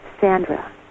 Sandra